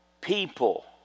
people